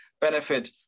benefit